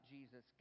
Jesus